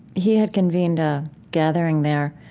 he had convened a gathering there.